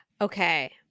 Okay